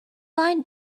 line